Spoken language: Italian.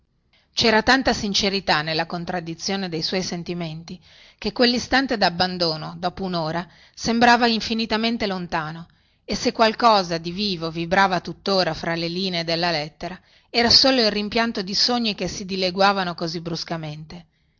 cera tanta sincerità nella contraddizione dei suoi sentimenti che quellistante dabbandono dopo unora sembrava infinitamente lontano e se qualche cosa di vivo vibrava tuttora fra le linee della lettera era solo il rimpianto di sogni che si dileguavano così bruscamente